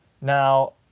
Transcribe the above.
Now